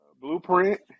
Blueprint